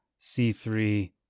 C3